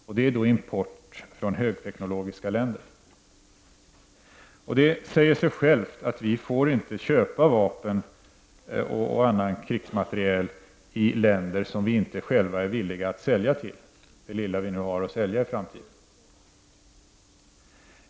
Det gäller då import från högteknologiländer. Det säger sig självt att vi inte får köpa vapen och annan krigsmateriel av länder som vi själva inte är villiga att sälja till -- det lilla vi nu kommer att ha att sälja i framtiden.